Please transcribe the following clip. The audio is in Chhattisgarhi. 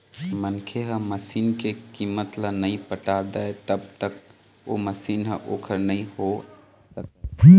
मनखे ह मसीन के कीमत ल नइ पटा दय तब तक ओ मशीन ह ओखर नइ होय सकय